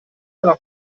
nella